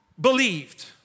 believed